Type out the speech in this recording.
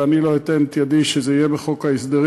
ואני לא אתן את ידי שזה יהיה בחוק ההסדרים.